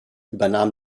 übernahm